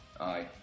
Aye